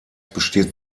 besteht